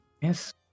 Yes